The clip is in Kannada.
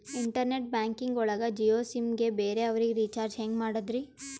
ಇಂಟರ್ನೆಟ್ ಬ್ಯಾಂಕಿಂಗ್ ಒಳಗ ಜಿಯೋ ಸಿಮ್ ಗೆ ಬೇರೆ ಅವರಿಗೆ ರೀಚಾರ್ಜ್ ಹೆಂಗ್ ಮಾಡಿದ್ರಿ?